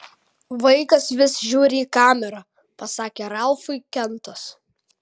vaikas vis žiūri į kamerą pasakė ralfui kentas